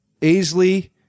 Aisley